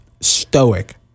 stoic